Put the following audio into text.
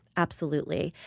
absolutely.